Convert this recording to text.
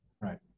right